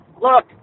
look